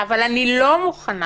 אבל אני לא מוכנה